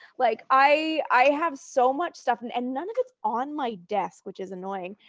like i have so much stuff, and and none of it's on my desk, which is annoying.